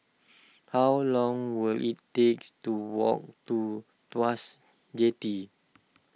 how long will it takes to walk to Tuas Jetty